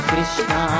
Krishna